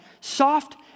Soft